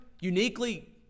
uniquely